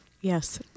Yes